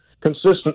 consistent